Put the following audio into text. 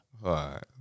Right